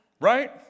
right